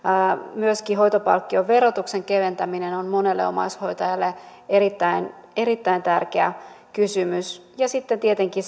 myöskin hoitopalkkion verotuksen keventäminen on monelle omaishoitajalle erittäin erittäin tärkeä kysymys ja sitten tietenkin